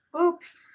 Oops